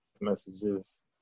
messages